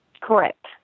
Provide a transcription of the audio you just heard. Correct